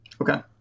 Okay